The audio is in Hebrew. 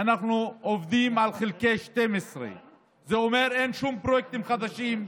אנחנו עובדים על אחד חלקי 12. זה אומר שאין שום פרויקטים חדשים,